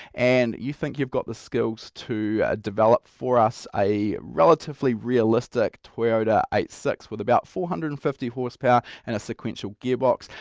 and you think you've got the skills to develop for us a relatively realistic toyota eighty six with about four hundred and fifty horsepower and a sequential gearbox,